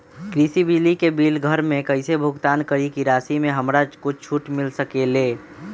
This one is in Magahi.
कृषि बिजली के बिल घर से कईसे भुगतान करी की राशि मे हमरा कुछ छूट मिल सकेले?